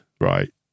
right